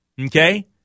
okay